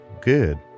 Good